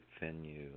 venue